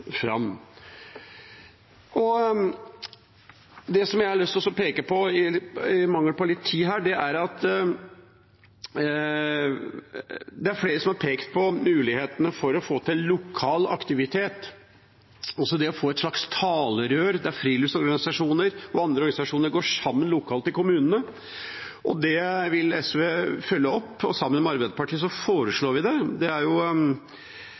fram. Det er flere som har pekt på mulighetene til å få til lokal aktivitet, å få et slags talerør av friluftsorganisasjoner og andre organisasjoner som går sammen lokalt i kommunene. Det vil SV følge opp, og sammen med Arbeiderpartiet foreslår vi det. Både Norsk Friluftsliv, Friluftsrådenes Landsforbund og Den Norske Turistforening har pekt på det. Det